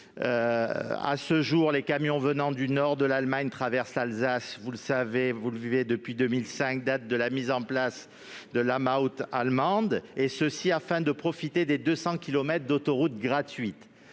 À ce jour, les camions venant du nord de l'Allemagne traversent l'Alsace- vous le savez, vous le vivez depuis 2005, depuis la mise en place de la la taxe allemande sur les camions -, afin de profiter des 200 kilomètres d'autoroutes gratuites.